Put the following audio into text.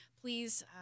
please